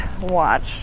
watch